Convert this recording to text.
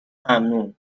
ممنون